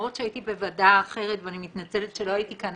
למרות שהייתי בוועדה אחרת ואני מתנצלת שלא הייתי כאן,